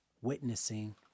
witnessing